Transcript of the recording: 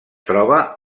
troba